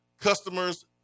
customers